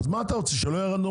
אז מה אתה רוצה, שלא יהיה רנדומלי?